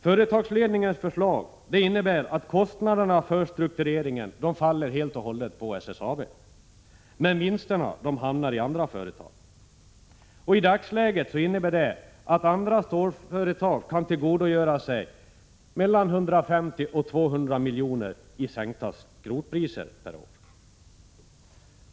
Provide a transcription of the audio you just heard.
Företagsledningens förslag innebär att kostnaderna för struktureringen faller helt och hållet på SSAB, men vinsterna hamnar i andra företag. I dagsläget innebär det att andra stålföretag kan tillgodogöra sig mellan 150 och 200 miljoner i sänkta skrotpriser per år.